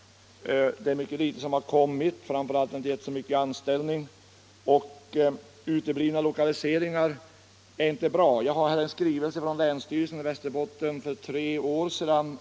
Det har kommit mycket få företag. Framför allt har vi inte fått företag som ger många sysselsättningstillfällen. Att lokaliseringar uteblir är inte bra. Jag har här en skrivelse som länsstyrelsen i Västerbotten avgav för tre år sedan.